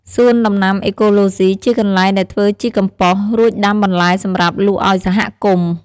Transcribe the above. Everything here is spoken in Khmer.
សួនដំណាំអេកូឡូហ្ស៊ី ជាកន្លែងដែលធ្វើជីកំប៉ុស រួចដាំបន្លែសម្រាប់លក់ឲ្យសហគមន៍។